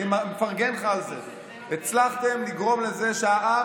אני מפרגן לך על זה: הצלחתם לגרום לזה שהעם